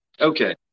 Okay